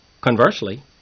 conversely